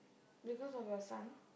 because of your son